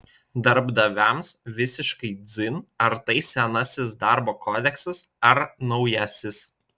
darbdaviams visiškai dzin ar tai senasis darbo kodeksas ar naujasis